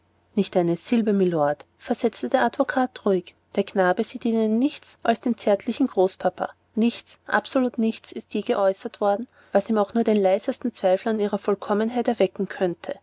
nicht eine silbe mylord versetzte der advokat ruhig der knabe sieht in ihnen nichts als den zärtlichen großpapa nichts absolut nichts ist je geäußert worden was ihm auch nur den leisesten zweifel an ihrer vollkommenheit erwecken könnte